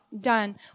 done